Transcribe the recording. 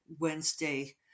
Wednesday